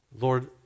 Lord